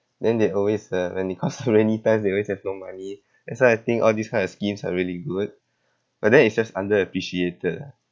then they always uh when it comes to rainy times they always have no money that's why I think all these kind of schemes are really good but then it's just underappreciated lah